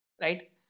right